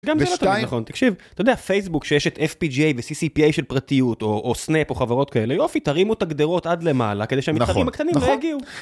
גם זה לר תמיד נכון, אתה יודע, פייסבוק שיש את fpga ו ccpa של פרטיות או סנאפ או חברות כאלה, יופי!, תרימו את הגדרות עד למעלה. נכוו. כדי שהמתחרים הקטנים לא יגיעו. נכון.